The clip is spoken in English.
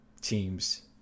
teams